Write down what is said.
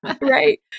Right